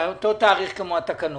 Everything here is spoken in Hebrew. אותו התאריך כמו התקנות.